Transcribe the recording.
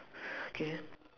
okay